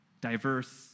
diverse